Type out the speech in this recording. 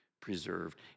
preserved